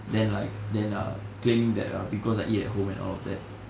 then like then ah claiming that ah because I eat at home and all of that